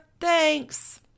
Thanks